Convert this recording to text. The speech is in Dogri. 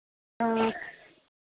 हां